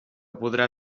podrà